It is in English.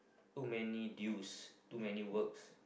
too many duties too many work